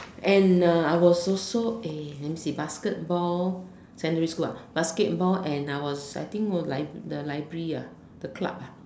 and uh I was also in let me see basketball secondary school ah basketball and I was I think library the library ah the club ah